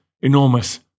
enormous